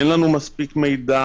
אין לנו מספיק מידע,